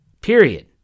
period